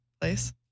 place